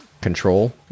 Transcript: control